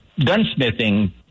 gunsmithing